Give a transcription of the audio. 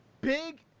big